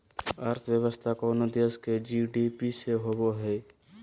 अर्थव्यवस्था कोनो देश के जी.डी.पी से होवो हइ